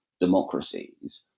democracies